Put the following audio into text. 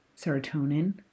serotonin